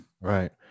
right